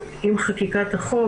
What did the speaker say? מינית,